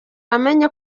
bamenye